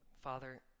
Father